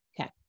Okay